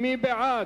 44 בעד,